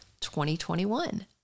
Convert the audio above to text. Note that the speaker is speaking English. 2021